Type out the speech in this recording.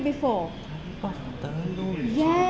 curry puff telur